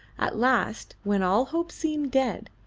at last, when all hope seemed dead,